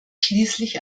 schließlich